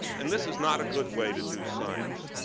and this is not a good way to do science.